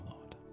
Lord